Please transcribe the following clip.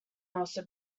also